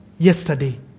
Yesterday